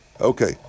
Okay